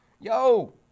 Yo